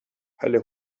حله